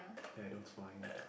ya I don't mind